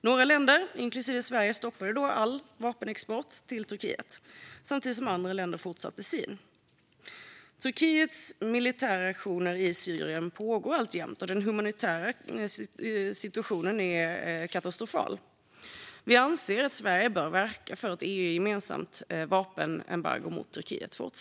Några länder, inklusive Sverige, stoppade då all vapenexport till Turkiet samtidigt som andra länder fortsatte sin. Turkiets militära aktioner i Syrien pågår alltjämt, och den humanitära situationen är katastrofal. Vi anser att Sverige fortsatt bör verka för ett EU-gemensamt vapenembargo mot Turkiet.